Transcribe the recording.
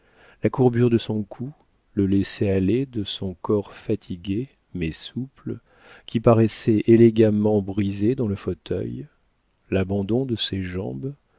la courbure de son cou le laisser-aller de son corps fatigué mais souple qui paraissait élégamment brisé dans le fauteuil l'abandon de ses jambes